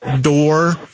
door